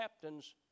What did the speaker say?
captains